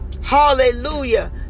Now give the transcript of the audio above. hallelujah